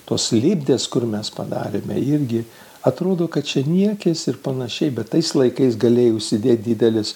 tos lipdėsi kur mes padarėme irgi atrodo kad čia niekis ir panašiai bet tais laikais galėjai užsidėti didelius